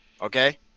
okay